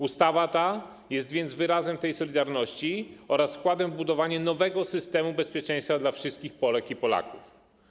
Ustawa ta jest więc wyrazem tej solidarności oraz wkładem w budowanie nowego systemu bezpieczeństwa dla wszystkich Polek i Polaków.